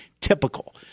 typical